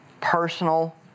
personal